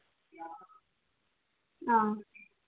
ꯑ